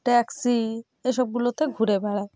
taxi এসবগুলোতে ঘুরে বেড়ায়